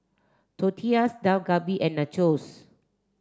Tortillas Dak Galbi and Nachos